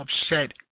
upset